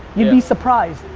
you'd be surprised.